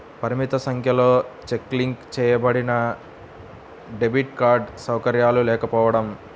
పరిమిత సంఖ్యలో check link చేయబడినడెబిట్ కార్డ్ సౌకర్యాలు లేకపోవడం